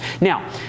Now